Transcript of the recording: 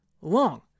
long